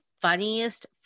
funniest